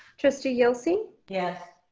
trustee yelsey. yes.